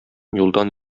юлдан